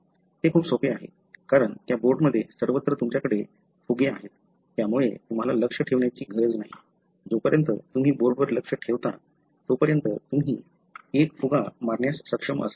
हे खूप सोपे आहे कारण त्या बोर्डमध्ये सर्वत्र तुमच्याकडे फुगे आहेत त्यामुळे तुम्हाला लक्ष्य ठेवण्याची गरज नाही जोपर्यंत तुम्ही बोर्डवर लक्ष्य ठेवता तोपर्यंत तुम्ही एक फुगा मारण्यास सक्षम असाल